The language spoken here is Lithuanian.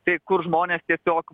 tai kur žmonės tiesiog